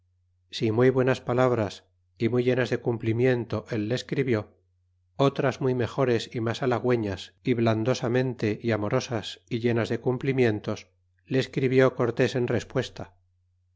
si muy buenas palabras y muy llenas de cumplimientos él le escribió otras muy mejores y mas halagüenas y blandosamente y amorosas y llenas de cumplimientos le escribió cortes en respuesta